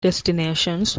destinations